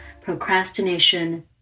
Procrastination